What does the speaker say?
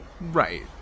Right